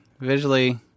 Visually